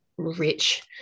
rich